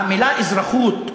המילה אזרחות,